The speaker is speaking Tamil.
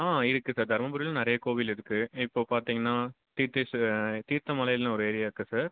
ஆ இருக்குது சார் தர்மபுரிலும் நிறைய கோவில் இருக்குது இப்போது பார்த்திங்கன்னா தீதிஸ்ஸு தீர்த்தமலையில்னு ஒரு ஏரியா இருக்குது சார்